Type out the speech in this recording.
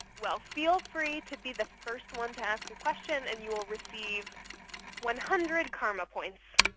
well feel free to be the first one to ask a question. and you will receive one hundred karma points.